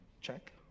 check